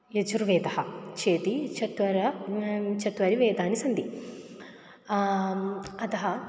यजुर्वेदः चेति चत्वारः चत्वारः वेदाः सन्ति अतः